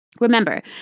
Remember